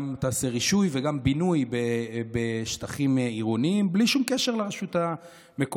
גם תעשה רישוי וגם בינוי בשטחים עירוניים בלי שום קשר לרשות המקומית.